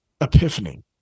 epiphany